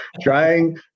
trying